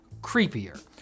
creepier